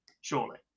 surely